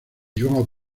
joão